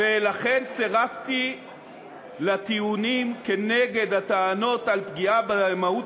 ולכן צירפתי לטיעונים כנגד הטענות על פגיעה במהות